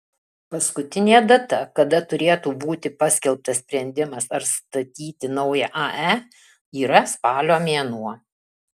paskutinė data kada turėtų būti paskelbtas sprendimas ar statyti naują ae yra spalio mėnuo